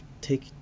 Take